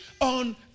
on